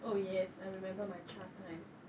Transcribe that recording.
oh yes I remember my cha time